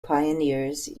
pioneers